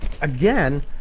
again